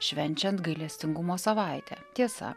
švenčiant gailestingumo savaitę tiesa